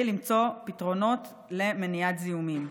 כדי למצוא פתרונות למניעת זיהומים.